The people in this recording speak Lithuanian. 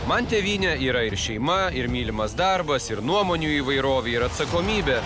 man tėvynė yra ir šeima ir mylimas darbas ir nuomonių įvairovė ir atsakomybė